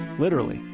literally.